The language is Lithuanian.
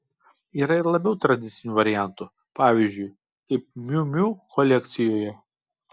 yra ir labiau tradicinių variantų pavyzdžiui kaip miu miu kolekcijoje